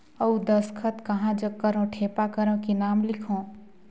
अउ दस्खत कहा जग करो ठेपा करो कि नाम लिखो?